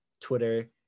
Twitter